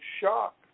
shock